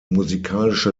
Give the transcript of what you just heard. musikalische